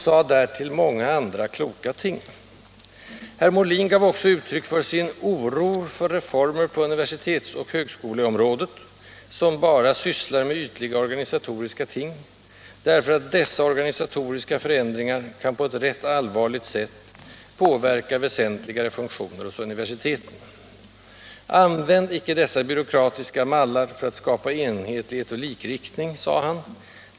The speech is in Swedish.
Herr Molin gav också uttryck för sin ”oro för reformer på universitets och högskoleområdet, som bara sysslar med ytliga organisatoriska ting, därför att dessa organisatoriska förändringar kan på ett rätt allvarligt sätt påverka väsentligare funktioner hos universiteten. Använd icke dessa byråkratiska mallar för att skapa enhetlighet och likriktning!